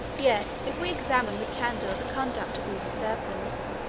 yet if we examine with candor the conduct of these usurpers,